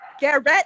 Garrett